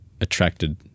attracted